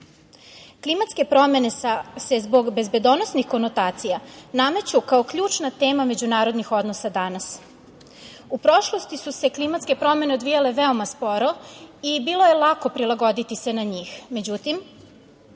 Klimatske promene se zbog bezbedonosne konotacija nameću kao ključna tema međunarodnih odnosa danas. U prošlosti su se klimatske promene odvijale veoma sporo i bilo je lako prilagoditi se na njih,